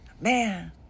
man